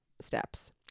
steps